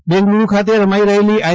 L Bengaluru ખાતે રમાઈ રહેલી આઈ